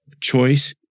choice